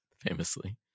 famously